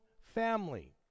family